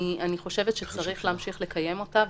אני חושבת שצריך להמשיך ולקיים אותה,